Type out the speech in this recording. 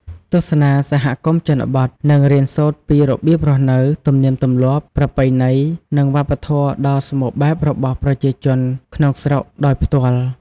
ទស្សនាសហគមន៍ជនបទ និងរៀនសូត្រពីរបៀបរស់នៅ ទំនៀមទម្លាប់ ប្រពៃណី និងវប្បធម៌ដ៏សម្បូរបែបរបស់ប្រជាជនក្នុងស្រុកដោយផ្ទាល់។